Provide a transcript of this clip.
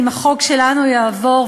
אם החוק שלנו יעבור,